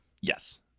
Yes